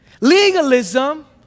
Legalism